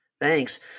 Thanks